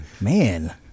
Man